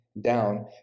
down